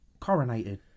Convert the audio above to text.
coronated